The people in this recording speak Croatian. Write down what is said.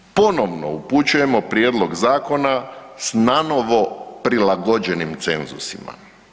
Ponovno upućujemo Prijedlog zakona s nanovo prilagođenim cenzusima.